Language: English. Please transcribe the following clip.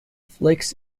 flex